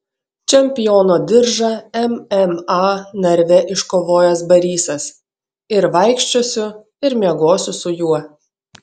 čempiono diržą mma narve iškovojęs barysas ir vaikščiosiu ir miegosiu su juo